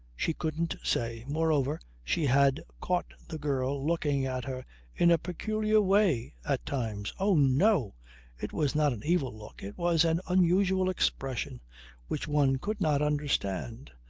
she couldn't say. moreover, she had caught the girl looking at her in a peculiar way at times. oh no it was not an evil look it was an unusual expression which one could not understand.